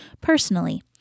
personally